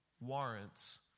warrants